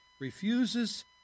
refuses